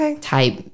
type